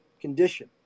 condition